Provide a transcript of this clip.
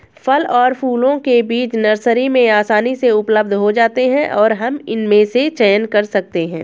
फल और फूलों के बीज नर्सरी में आसानी से उपलब्ध हो जाते हैं और हम इनमें से चयन कर सकते हैं